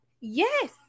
Yes